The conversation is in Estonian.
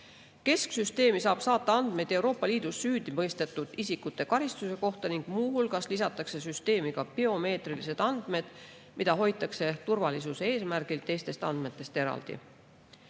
Kesksüsteemi saab saata andmeid Euroopa Liidus süüdimõistetud isikute karistuse kohta ning muu hulgas lisatakse süsteemi biomeetrilised andmed, mida hoitakse turvalisuse eesmärgil teistest andmetest eraldi.